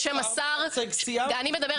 כשאומרים סעיף 9 --- רגע, אני יומיים